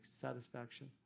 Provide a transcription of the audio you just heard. satisfaction